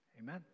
Amen